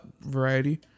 variety